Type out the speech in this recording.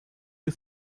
you